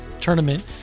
tournament